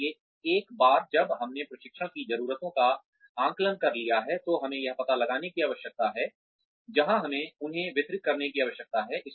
इसलिए एक बार जब हमने प्रशिक्षण की जरूरतों का आकलन कर लिया है तो हमें यह पता लगाने की आवश्यकता है जहां हमें उन्हें वितरित करने की आवश्यकता है